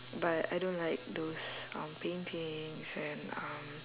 but I don't like those um paintings and um